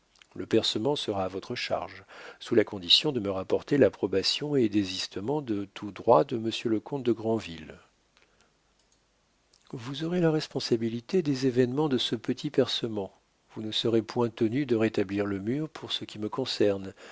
le percement sera à votre charge sous la condition de me rapporter l'approbation et désistement de tous droits de monsieur le comte de grandville vous aurez la responsabilité des événements de ce petit percement vous ne serez point tenu de rétablir le mur pour ce qui me concerne